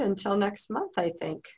until next month i think